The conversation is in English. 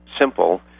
simple